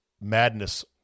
madness